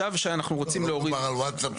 לא מדובר על ווטסאפ.